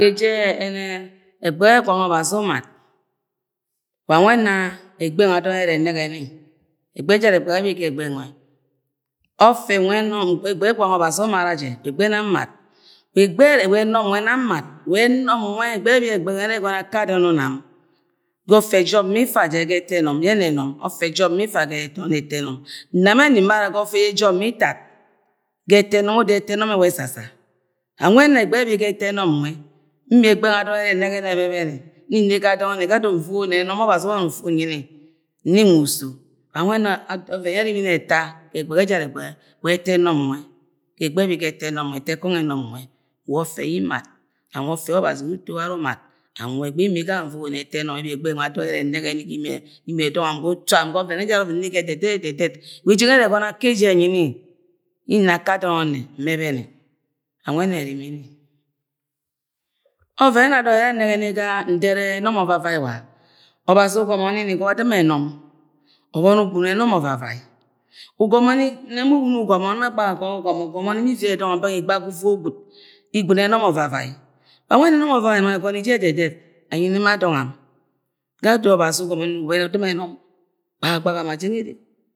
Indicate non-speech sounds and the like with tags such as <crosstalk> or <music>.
Eje yẹnẹ ẹgbẹ gwangẹ ọbazi umat wangẹ ẹna ẹgbẹ nwẹ adọn ẹrẹ ẹnẹgẹ ni ẹgbẹgẹ ejara ẹgbẹgẹ yẹ ẹbi ga ẹgbẹgẹ nwẹ ọfẹ nwẹ ga ẹnọm nwẹ ẹgbẹ gwangẹ ọbazi umara jẹ ula ẹgbẹ nani mat. wa ẹgbẹ ẹnọm nam mat ula ẹnọm nwẹ ẹgbẹ ẹgbẹgẹ nwẹ ẹrẹ ẹgọnọ akẹ adọn ọnnẹ am ga ọfẹ jọb ma ifa jẹ ga ẹtọ ẹnọm. yẹ ẹna ẹnọm ọfẹ jọb ma ifa ga et-ẹtọ ẹnọm nẹmẹ ni mara of ẹjẹ jọb ma itat ga ẹtọ ẹnọm y ẹwa ẹtọ ẹnọm ẹsa sa wang mwẹ ẹna va ẹgbẹ yẹ bi ga ẹtọ ẹnọm nwẹ ẹbi ẹgbẹgẹ nwẹ adọn ẹrẹ ẹngẹ ni ẹbẹbẹnẹ ga odo nuugo ni ẹnom yẹ ọbazi uwọni ufu unyi ni ni-nwa uso wang nwe ẹna ad ọvẹn yẹ ẹrimini ẹta ẹgbẹgẹ ẹjara ẹgbẹgẹ wa ẹtọ ẹnọm nwẹ ga ẹgbẹ ẹbi ga ẹtọ ẹnọm ga ẹtọkọngọ ẹnọm nwẹ wa ọfẹ yẹ mat and wa ọfẹ yẹ ọbazi utọwarẹ umat and wa ẹgbẹ mi gang nwẹ <unintelligible> imiẹ dọng am ga utu am ga ọvẹn ẹjara ọvẹn ere ni ga ẹdẹ dẹd ẹdẹdẹt wa eje nwẹ ẹrẹ ẹgọnọ akẹ ẹjẹ ẹnyni yẹ na akẹ adọn ọnnẹ wang nwẹ ẹna ẹrimii ni ọvẹm yẹ ẹna adọn ẹrẹ ẹnẹgẹ ni ga ndẹrẹ ẹnọm ọvavai wa ọbazi ugomo ni ni ga ọdɨm ẹnọm ubọni ugbɨni ẹnọm ọvavai ugọmọ ni. nẹ ma nwunougo nẹ ma gbahagbaha ugomo ma liud rẹ dọng am bẹng igba ga uzod gwud igbɨni ẹnọm ọvavai wanv nwẹ ẹnọm ọvavai nwẹ ẹgọnọ eje ẹdẹdẹt ẹnyi ma dọng ama ga yẹ odo ọbazi ugọmọ ni ni uwọbọ ga ọdɨm ẹnọm gbahagbaha ma jang ere